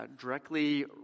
directly